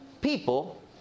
people